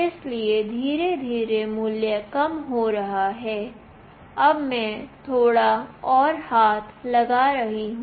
इसलिए धीरे धीरे मूल्य कम हो रही है अब मैं थोड़ा और हाथ लगा रही हूं